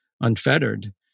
unfettered